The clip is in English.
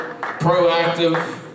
proactive